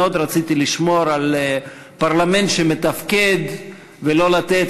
מאוד רציתי לשמור על פרלמנט שמתפקד ולא לתת,